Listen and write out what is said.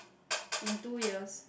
in two years